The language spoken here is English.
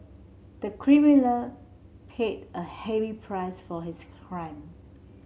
the criminal paid a heavy price for his crime